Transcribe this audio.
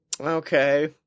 Okay